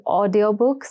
audiobooks